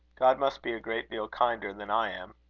god must be a great deal kinder than i am.